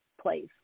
place